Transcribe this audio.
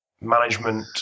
management